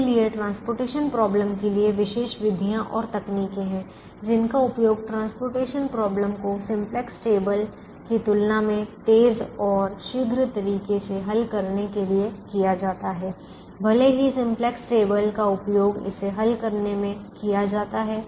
इसलिए परिवहन समस्या के लिए विशेष विधियाँ और तकनीकें हैं जिनका उपयोग परिवहन समस्या को सिंपलेक्स टेबल की तुलना में तेज और शीघ्र तरीके से हल करने के लिए किया जाता है भले ही सिंपलेक्स टेबल का उपयोग इसे हल करने में किया जाता है